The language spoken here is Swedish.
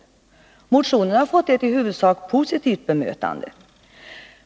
Motionen har fått ett i huvudsak positivt bemötande.